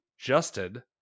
justin